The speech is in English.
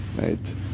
right